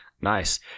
Nice